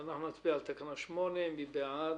נצביע על תקנה 8. מי בעד?